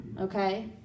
okay